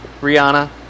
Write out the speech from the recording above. Rihanna